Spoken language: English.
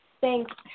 thanks